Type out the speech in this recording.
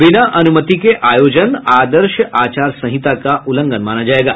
बिना अनुमति के आयोजन आदर्श आचार संहिता का उल्लंघन माना जायेगा